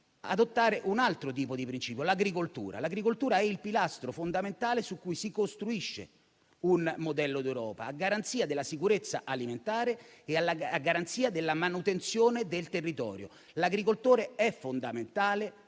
adottare un altro tipo di principio. È l'agricoltura. L'agricoltura è il pilastro fondamentale su cui si costruisce un modello d'Europa a garanzia della sicurezza alimentare e a garanzia della manutenzione del territorio. L'agricoltore è fondamentale